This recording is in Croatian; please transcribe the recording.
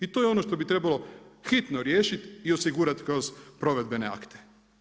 I to je ono što bi trebalo hitno riješiti i osigurati kroz provedbene akte.